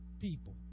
people